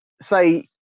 say